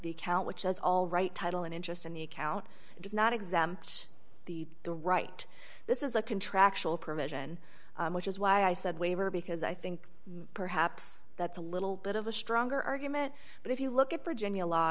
the account which has all right title and interest in the account does not exempt the the right this is a contractual provision which is why i said waiver because i think perhaps that's a little bit of a stronger argument but if you look at virginia law